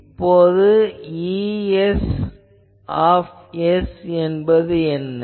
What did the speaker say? இப்போது Ez என்பது என்ன